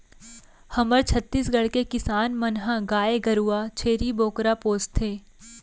हमर छत्तीसगढ़ के किसान मन ह गाय गरूवा, छेरी बोकरा पोसथें